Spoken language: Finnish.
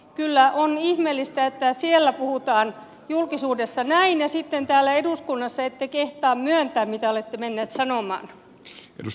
kyllä on ihmeellistä että siellä puhutaan julkisuudessa näin ja sitten täällä eduskunnassa ette kehtaa myöntää mitä olette menneet sanomaan